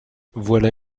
voilà